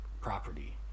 property